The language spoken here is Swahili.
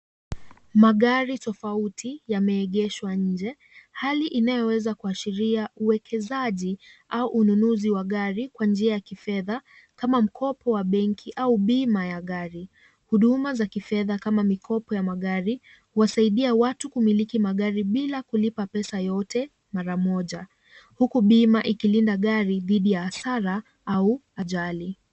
Magari tofauti yemeegeshwa nje, hali inayoweza kuashiria uwekezaji au ununuzi wa gari kwa njia ya kifedha kama mkopo wa benki au bima ya gari. Huduma za kifedha kama mikopo ya magari huwasaidia watu kumiliki magari bila kulipa pesa yote mara moja huku bima ikilinda gari dhidi ya hasara au ajali.